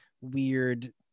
weird